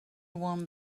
one